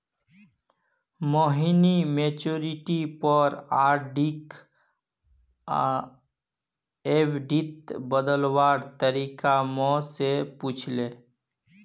मोहिनी मैच्योरिटीर पर आरडीक एफ़डीत बदलवार तरीका मो से पूछले